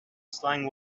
slang